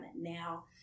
now